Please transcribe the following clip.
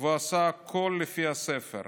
ועושה הכול לפי הספר.